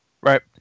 Right